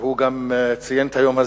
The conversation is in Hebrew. והוא ציין את זה בכנסת,